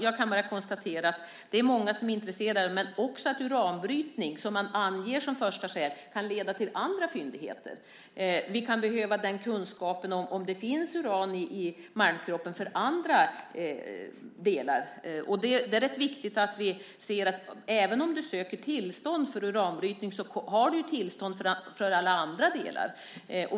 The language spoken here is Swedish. Jag kan bara konstatera att det är många som är intresserade, men jag konstaterar också att uranbrytning, som man anger som första skäl, kan leda till andra fyndigheter. Vi kan behöva kunskapen om det finns uran i malmkroppen av andra orsaker. Det är rätt viktigt att vi ser att även om man söker tillstånd för uranbrytning har man tillstånd för alla andra delar.